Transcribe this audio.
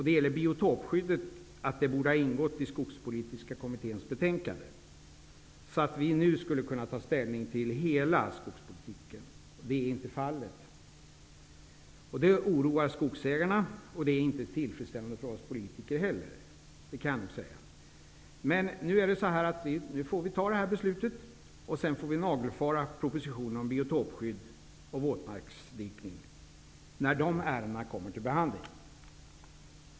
Det gäller att biotopskyddet borde ha ingått i skogspolitiska kommitténs betänkande, så att vi nu skulle ha kunnat ta ställning till hela skogspolitiken. Så är inte fallet. Det oroar skogsägarna och det är inte tillfredsställande för oss politiker heller, det kan jag nog säga. Men nu får vi besluta om det som finns, och sedan får vi nagelfara propositionen om biotopskydd och våtmarksdikning när de ärendena kommer till behandling.